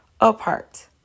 apart